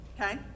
Okay